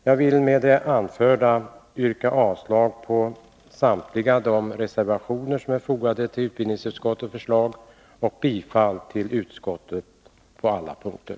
Jag vill med det anförda yrka avslag på samtliga de reservationer som är fogade till utskottets betänkande och bifall till utskottets hemställan på alla punkter.